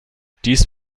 dies